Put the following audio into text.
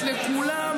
התקציב.